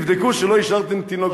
תבדקו שלא השארתם תינוק,